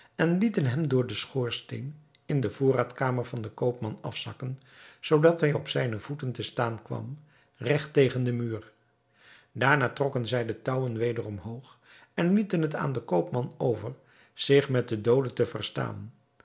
en lieten hem door den schoorsteen in de voorraad kamer van den koopman afzakken zoodat hij op zijne voeten te staan kwam regt tegen den muur daarna trokken zij de touwen weder omhoog en lieten het aan den koopman over zich met den doode te verstaan